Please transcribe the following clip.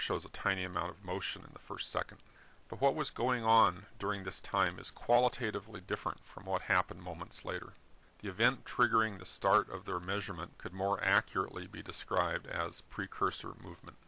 shows a tiny amount of motion in the first second but what was going on during this time is qualitatively different from what happened moments later the event triggering the start of their measurement could more accurately be described as precursor movement